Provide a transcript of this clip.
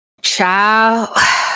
Ciao